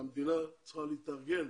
והמדינה צריכה להתארגן